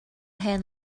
hen